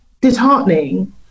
disheartening